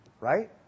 Right